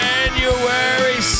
January